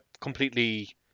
Completely